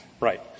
Right